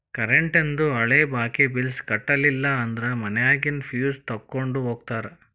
ಕರೆಂಟೇಂದು ಹಳೆ ಬಾಕಿ ಬಿಲ್ಸ್ ಕಟ್ಟಲಿಲ್ಲ ಅಂದ್ರ ಮನ್ಯಾಗಿನ್ ಫ್ಯೂಸ್ ತೊಕ್ಕೊಂಡ್ ಹೋಗ್ತಾರಾ